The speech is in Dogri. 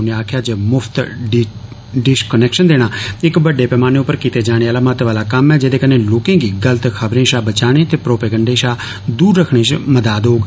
उनें आक्खेआ जे मुफ्त डिश कनैक्शन देना इक बड्डे पैमाने उप्पर कीते जाने आह्ला महत्व आह्ला कम्म ऐ जेह्दे कन्नै लोकें गी गल्त खबरें शा बचाने ते परोपोगंडे शा दूर रक्खने शा मदद थ्होग